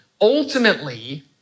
ultimately